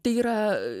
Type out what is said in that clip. tai yra